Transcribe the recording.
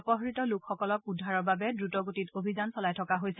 অপহৃত লোকসকলক উদ্ধাৰৰ বাবে দ্ৰুত গতিত অভিযান চলাই থকা হৈছে